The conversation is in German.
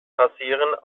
passieren